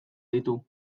ditu